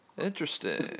Interesting